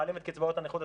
מעלים את קצבאות הנכות,